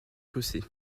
chaussée